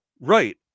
Right